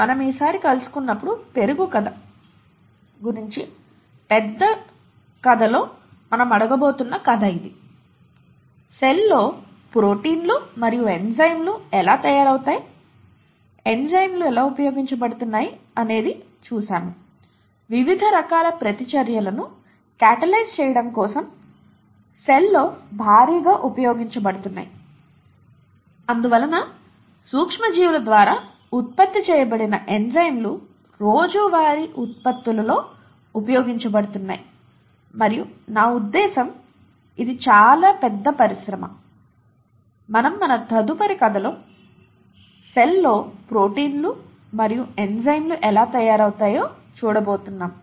మనము ఈసారి కలుసుకున్నప్పుడు పెరుగు కథ గురించి పెద్ద కథలో మనం అడగబోతున్న కథ ఇది సెల్ లో ప్రోటీన్లు మరియు ఎంజైమ్లు ఎలా తయారవుతాయి ఎంజైమ్లు ఉపయోగించబడుతున్నాయి అని చూసాము వివిధ రకాల ప్రతిచర్యలను కేటలైస్ చేయడం కోసం సెల్ లో భారీగా ఉపయోగించబడుతున్నాయి అందువలన సూక్ష్మజీవుల ద్వారా ఉత్పత్తి చేయబడిన ఎంజైమ్లు రోజువారీ ఉత్పత్తులలో ఉపయోగించబడుతున్నాయి మరియు నా ఉద్దేశ్యం ఇది చాలా పెద్ద పరిశ్రమ మనం తదుపరి కథలో సెల్ లో ప్రోటీన్లు మరియు ఎంజైమ్లు ఎలా తయారవుతాయో చూడబోతున్నాము